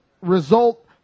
result